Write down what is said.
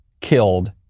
killed